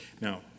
Now